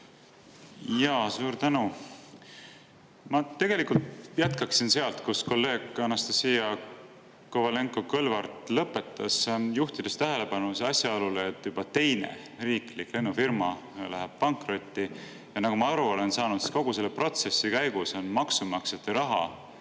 ... Suur tänu! Ma tegelikult jätkaksin sealt, kus kolleeg Anastassia Kovalenko-Kõlvart lõpetas. Ma juhin tähelepanu asjaolule, et juba teine riiklik lennufirma läheb pankrotti. Ja nagu ma aru olen saanud, on kogu selle protsessi käigus maksumaksjate raha